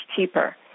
cheaper